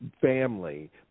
family